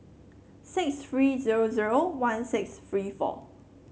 six three zero zero one six three four